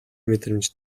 мэдрэмж